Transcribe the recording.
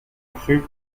cru